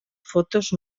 fotos